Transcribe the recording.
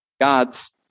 God's